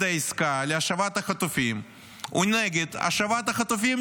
העסקה להשבת חטופים הוא נגד השבת החטופים,